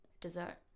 Dessert